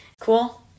Cool